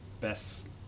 best